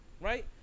right